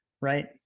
right